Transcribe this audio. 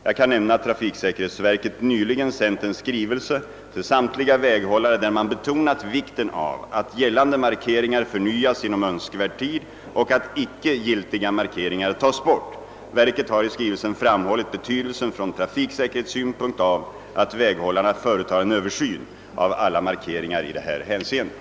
Jag kan nämna att trafiksäkerhetsverket nyligen sänt en skrivelse till samtliga väghållare, där man betonat vikten av att gällande markeringar förnyas inom önskvärd tid och att icke giltiga markeringar tas bort. Verket har i skrivelsen framhållit betydelsen från trafik säkerhetssynpunkt av att väghållarna företar en översyn av alla markeringar i det här hänseendet.